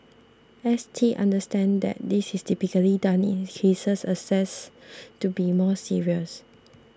S T understands that this is typically done in cases assessed to be more serious